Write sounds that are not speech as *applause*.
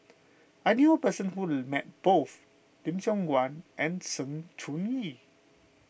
I knew a person who *hesitation* met both Lim Siong Guan and Sng Choon Yee